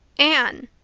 anne!